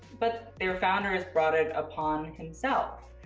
but their founder has brought it upon himself.